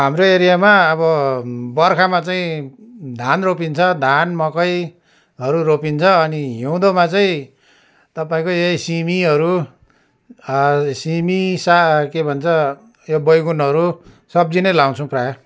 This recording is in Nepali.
हाम्रो एरियामा अब बर्खामा चाहिँ धान रोपिन्छ धान मकैहरू रोपिन्छ अनि हिउँदोमा चाहिँ तपाईँको यही सिमीहरू सिमी सा के भन्छ यो बैगुनहरू सब्जी नै लाउँछौँ प्रायः